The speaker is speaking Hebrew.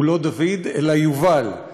הוא לא דוד אלא יובל.